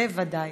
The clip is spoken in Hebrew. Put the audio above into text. בוודאי.